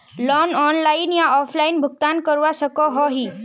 Loan online या offline भुगतान करवा सकोहो ही?